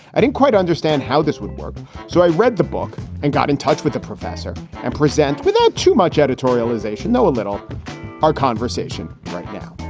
i don't quite understand how this would work so i read the book and got in touch with the professor and present without too much editorialization, though, a little conversation right now,